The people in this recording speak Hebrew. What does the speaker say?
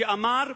אמר: